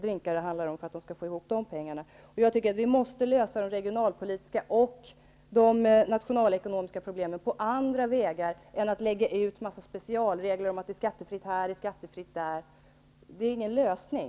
Vi måste lösa de regionalpolitiska och de nationalekonomiska problemen på andra vägar än att införa speciella regler om skattefrihet här och där. Det är ingen lösning.